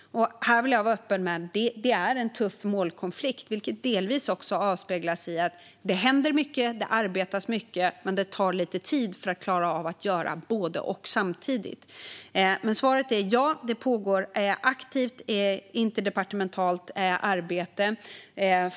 Jag vill vara öppen med att detta är en tuff målkonflikt, vilket delvis avspeglas i att det händer och arbetas mycket men att det tar lite tid att klara av att göra både och samtidigt. Svaret är dock att det pågår ett aktivt interdepartementalt arbete.